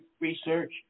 research